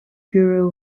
bureau